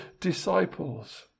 disciples